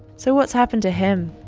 so what's happened to him?